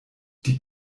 die